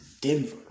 Denver